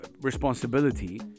responsibility